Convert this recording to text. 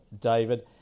David